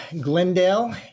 Glendale